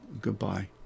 Goodbye